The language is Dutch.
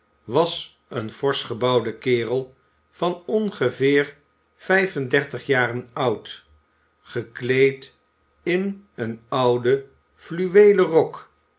was een forsch gebouwde kerel van ongeveer vijf en dertig jaren oud gekleed in een ouden fluweelen rok